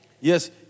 Yes